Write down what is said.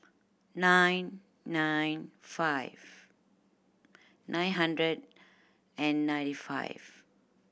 nine nine five nine hundred and ninety five